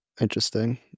Interesting